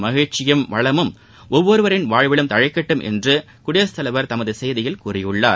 மகிழ்ச்சியும் வளமும் ஒவ்வொருவரின் வாழ்விலும் தழைக்கட்டும் என்றும் குடியரசுத் தலைவர் தனது செய்தியில் கூறியிருக்கிறார்